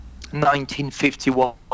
1951